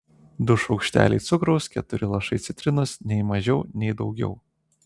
du šaukšteliai cukraus keturi lašai citrinos nei mažiau nei daugiau